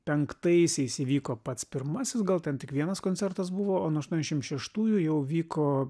penktaisiais įvyko pats pirmasis gal ten tik vienas koncertas buvo o nuo aštuoniasdešimt šeštųjų jau vyko